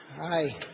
Hi